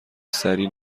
سریع